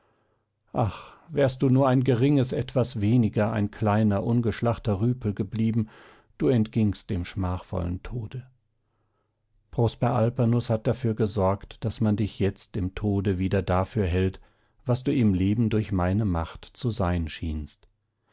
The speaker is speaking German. ach wärst du nur ein geringes etwas weniger ein kleiner ungeschlachter rüpel geblieben du entgingst dem schmachvollen tode prosper alpanus hat dafür gesorgt daß man dich jetzt im tode wieder dafür hält was du im leben durch meine macht zu sein schienst